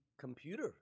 computer